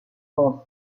monts